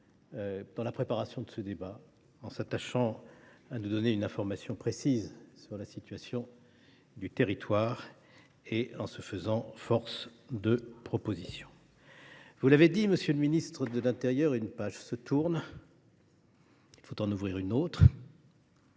dans la préparation de ce débat, en s’attachant à nous donner une information précise sur la situation du territoire et en se faisant force de proposition. Monsieur le ministre de l’intérieur, vous l’avez dit : une page se tourne ; il faut en ouvrir une autre,